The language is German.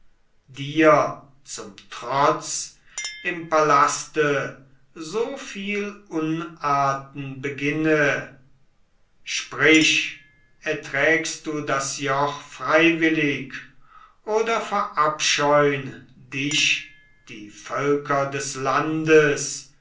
dir zum trotz im palaste so viel unarten beginne sprich erträgst du das joch freiwillig oder verabscheun dich die völker des landes